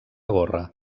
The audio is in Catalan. gorra